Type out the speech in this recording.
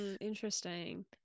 Interesting